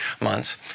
months